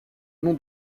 nom